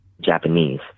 Japanese